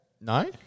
No